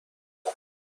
پاییز